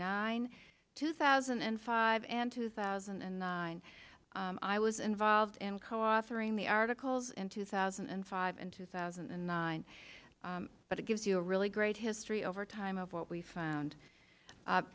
nine two thousand and five and two thousand and nine i was involved in coauthoring the articles in two thousand and five and two thousand and nine but it gives you a really great history over time of what we found